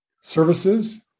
services